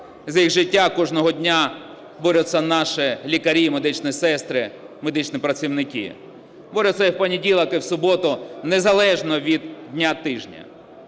За їх життя кожного дня борються наші лікарі і медичні сестри, медичні працівники. Борються і в понеділок, і в суботу, незалежно від дня тижня.